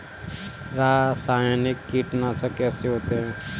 रासायनिक कीटनाशक कैसे होते हैं?